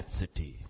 city